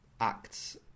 acts